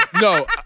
No